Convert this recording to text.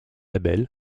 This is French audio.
label